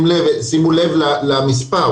שימו לב למספר,